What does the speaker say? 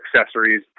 accessories